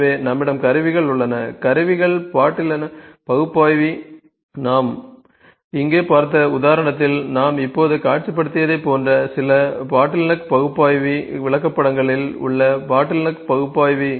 எனவே நம்மிடம் கருவிகள் உள்ளன கருவிகள் பாட்டில்னெக் பகுப்பாய்வி நாம் இங்கே பார்த்த உதாரணத்தில் நாம் இப்போது காட்சிப்படுத்தியதைப் போன்ற சில பாட்டில்னெக் பகுப்பாய்வி விளக்கப்படங்களில் உள்ள பாட்டில்னெக் பகுப்பாய்வி